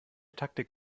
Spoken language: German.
taktik